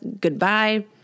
Goodbye